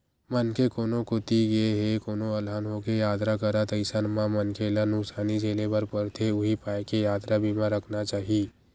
मनखे कोनो कोती गे हे कोनो अलहन होगे यातरा करत अइसन म मनखे ल नुकसानी झेले बर परथे उहीं पाय के यातरा बीमा रखना चाही